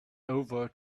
over